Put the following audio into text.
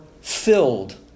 filled